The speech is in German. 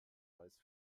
beweis